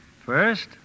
First